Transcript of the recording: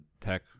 tech